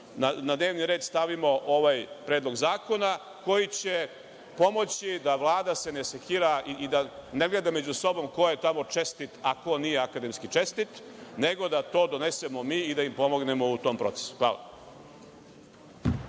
ne dnevni red da stavimo ovaj predlog zakona koji će pomoći da se Vlada ne sekira i da ne gleda među sobom ko je tamo čestit, a ko nije akademski čestit, nego da to donesemo mi i da im pomognemo u tom procesu. Hvala.